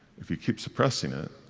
if you keep suppressing it,